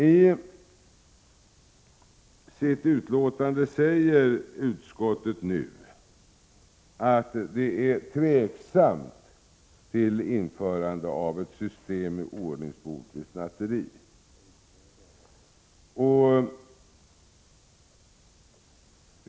I sitt betänkande säger utskottet nu att det är tveksamt till införande av ett system med ordningsbot vid snatteri.